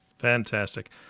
Fantastic